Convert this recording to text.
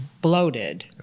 bloated